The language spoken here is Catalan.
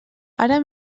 ara